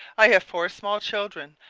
i have four small children.